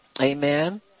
Amen